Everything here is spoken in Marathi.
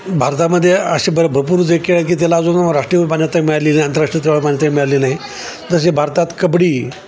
भारतामध्ये असे भर भरपूर जे खेळ आहे की त्याला अजून राष्ट्रीय मान्यता मिळालेली नाही आंतरराष्ट्रीय स्तरावर मान्यता मिळालेली नाही जसे भारतात कबड्डी